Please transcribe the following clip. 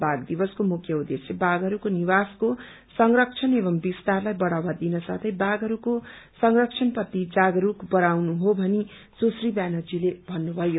वाष दिवसको मुख्य उद्देश्य वाषहरूको निवासको संरक्षण एवम् विसतारलाई बढ़ावा दिन साथै बाघहरूको संरक्षण प्रति जागरूकता बढ़ाउनु हो भनी सुश्री व्यानर्जीले भन्नुभयो